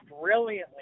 brilliantly